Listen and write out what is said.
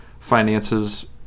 Finances